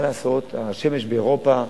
מה לעשות, השמש באירופה,